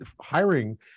hiring